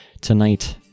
tonight